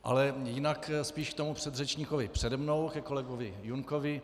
Ale jinak spíš k tomu předřečníkovi přede mnou, ke kolegovi Junkovi.